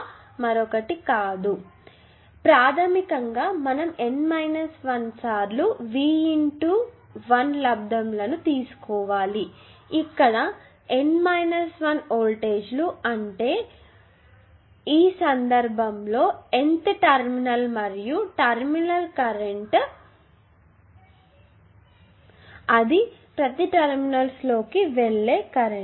కాబట్టి ప్రాథమికంగా మనం N 1సార్లు V × I లబ్దము లను తీసుకోవాలి ఇక్కడ N 1వోల్టేజ్ లు అంటే వోల్టేజీ ఈ సందర్భంలో నేను తీసుకున్నట్లుగా Nth టెర్మినల్స్ మరియు టెర్మినల్ కరెంట్ అది ప్రతి టెర్మినల్స్ లోకి వెళ్లే కరెంట్